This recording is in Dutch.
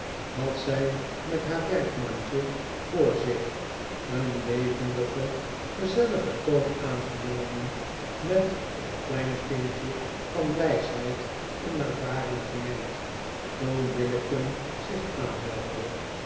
had zij met haar werkmandje voor zich een levendigen gezelligen toon aangenomen met een klein tintje van wysheid en ervaring gemengd toen billicken zich aanmeldde